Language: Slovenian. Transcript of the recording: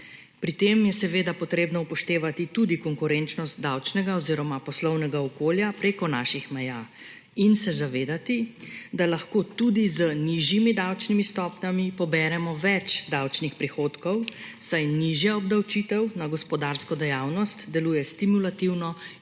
Pri tem je seveda potrebno upoštevati tudi konkurenčnost davčnega oziroma poslovnega okolja preko naših meja in se zavedati, da lahko tudi z nižjimi davčnimi stopnjami poberemo več davčnih prihodkov, saj nižja obdavčitev na gospodarsko dejavnost deluje stimulativno